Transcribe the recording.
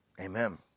Amen